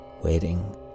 Waiting